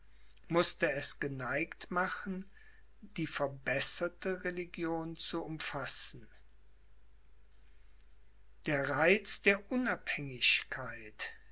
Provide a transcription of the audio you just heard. mußte es geneigt machen die verbesserte religion zu umfassen der reiz der unabhängigkeit